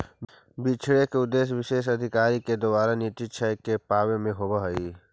बिछड़े के उद्देश्य विशेष अधिकारी के द्वारा निश्चित लक्ष्य के पावे में होवऽ हई